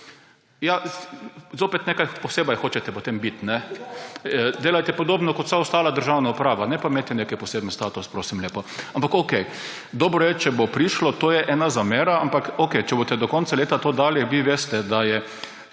biti nekaj posebnega. Delajte podobno kot vsa ostala državna uprava, ne pa imeti nekega posebnega statusa, prosim lepo. Ampak okej, dobro je, če bo prišlo. To je ena zamera, ampak okej, če boste do konca leta to dali, vi veste, da če